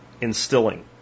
instilling